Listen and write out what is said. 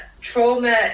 trauma